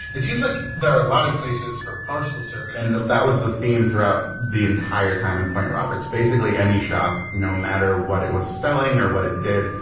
it seems like there are a lot of places for parcel service, and that was the theme throughout the entire time in point roberts. basically, any shop, no matter what it was selling or what it did,